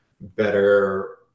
better